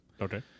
Okay